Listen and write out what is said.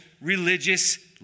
religious